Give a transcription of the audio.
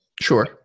Sure